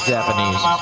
Japanese